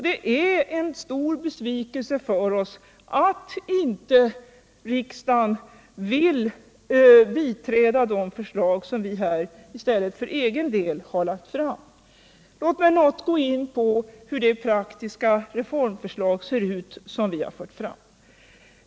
Det är också en stor besvikelse för oss att riksdagen inte vill biträda det förslag som vi i stället för egen del lagt fram. Jag vill något gå in på hur det praktiska reformförslag ser ut som vi fört fram.